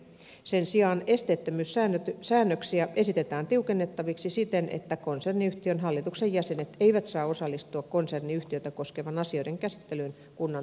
sen sijaan esteettömyyssäännöksiä esitetään tiukennettaviksi siten että konserniyhtiön hallituksen jäsenet eivät saa osallistua konserniyhtiötä koskevien asioiden käsittelyyn kunnan toimielimissä